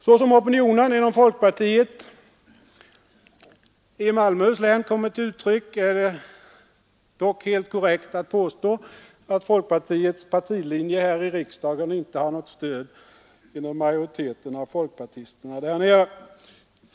Så som opinionen inom folkpartiet i Malmöhus län kommit till uttryck är det dock helt korrekt att påstå att folkpartiets partilinje här i riksdagen inte har något stöd inom majoriteten av folkpartister där nere.